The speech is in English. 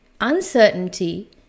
uncertainty